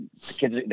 kids